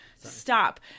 stop